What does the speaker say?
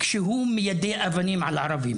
כשהוא מיידה אבנים על ערבים.